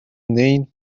named